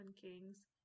kings